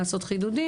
לעשות חידודים